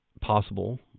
possible